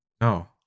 No